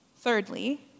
Thirdly